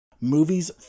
movies